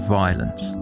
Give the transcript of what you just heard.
violence